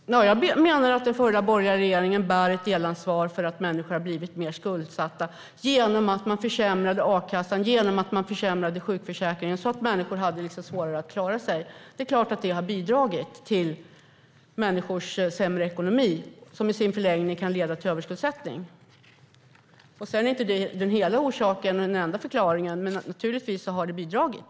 Fru talman! Jag menar att den förra borgerliga regeringen bär ett delansvar för att människor har blivit mer skuldsatta. Det skedde genom att man försämrade a-kassan och försämrade sjukförsäkringen så att människor fick svårare att klara sig. Det är klart att det har bidragit till människors sämre ekonomi. Det kan i sin förlängning leda till överskuldsättning. Detta är inte hela orsaken eller enda förklaringen, men naturligtvis har det bidragit.